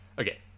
okay